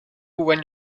when